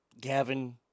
Gavin